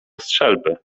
strzelby